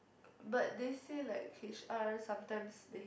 but they said like H_R sometimes he